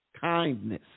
kindness